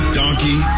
donkey